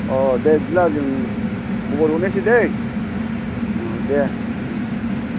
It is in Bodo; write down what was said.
अ दे बिदिब्ला जों खबर हरनोसै दै अ दे